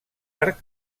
arc